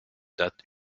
date